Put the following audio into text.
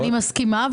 אני מסכימה.